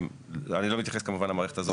אני לא מתייחס כמובן למערכת הזאת.